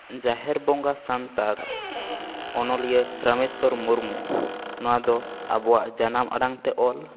ᱡᱟᱦᱮᱨ ᱵᱚᱸᱜᱟ ᱥᱟᱱᱛᱟᱲ ᱚᱱᱚᱞᱤᱭᱟᱹ ᱨᱟᱢᱮᱥᱥᱚᱨ ᱢᱩᱨᱢᱩ ᱱᱚᱣᱟ ᱟᱵᱚᱭᱟᱜ ᱡᱟᱱᱟᱢ ᱟᱲᱟᱝ ᱛᱮ ᱚᱞ